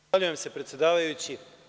Zahvaljujem se predsedavajući.